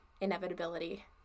inevitability